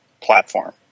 platform